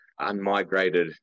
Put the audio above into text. unmigrated